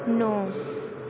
ਨੌ